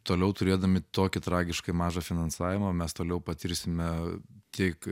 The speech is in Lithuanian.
toliau turėdami tokį tragiškai mažą finansavimą mes toliau patirsime tiek